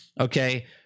okay